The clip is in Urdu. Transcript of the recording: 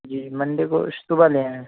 جی منڈے کو صبح لے آئیں